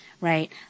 right